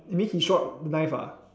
you mean he show up knife ah